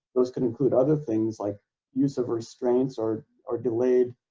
those could include other things like use of restraints or or delayed,